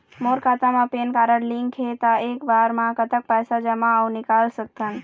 मोर खाता मा PAN card link हे ता एक बार मा कतक पैसा जमा अऊ निकाल सकथन?